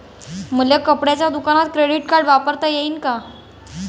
मले कपड्याच्या दुकानात क्रेडिट कार्ड वापरता येईन का?